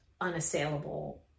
unassailable